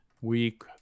week